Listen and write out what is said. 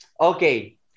okay